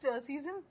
season